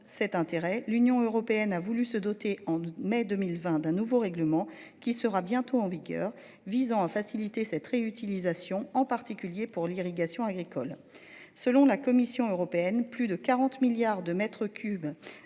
cet intérêt. L'Union européenne a voulu se doter en mai 2020 d'un nouveau règlement qui sera bientôt en vigueur visant à faciliter cette réutilisation en particulier pour l'irrigation agricole. Selon la Commission européenne. Plus de 40 milliards de mètres cubes